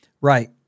Right